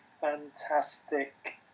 fantastic